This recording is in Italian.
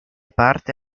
parte